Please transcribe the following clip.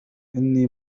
إنني